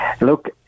Look